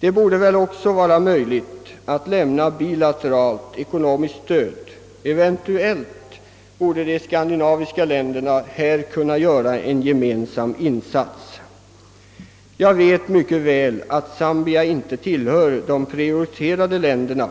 Det borde också vara möjligt att lämna ett bilateralt ekonomiskt stöd. Eventuellt borde de skandinaviska länderna här kunna göra en gemensam insats. Jag vet mycket väl att Zambia inte tillhör de prioriterade länderna,